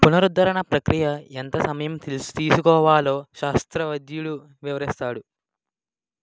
పునరుద్ధరణ ప్రక్రియ ఎంత సమయం తీసుకోవాలో శాస్త్రవైద్యుడు వివరిస్తాడు